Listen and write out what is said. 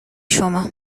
شما